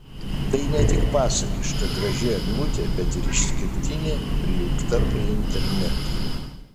tai net tik pasakiška graži eglutė bet ir išskirtinė prijungta prie interneto